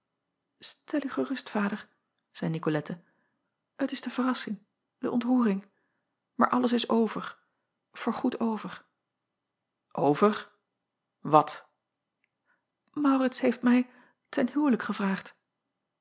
tel u gerust ader zeî icolette het is de verrassing de ontroering aar alles is over voorgoed over ver wat aurits heeft mij ten huwelijk gevraagd